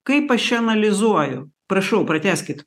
kaip aš čia analizuoju prašau pratęskit